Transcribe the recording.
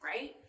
Right